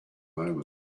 moment